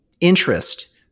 interest